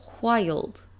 wild